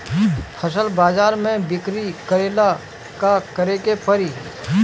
फसल बाजार मे बिक्री करेला का करेके परी?